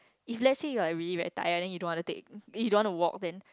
if let's say you are really very tired then you don't wanna take if you don't wanna walk then